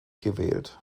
gewählt